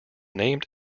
named